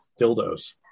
Dildos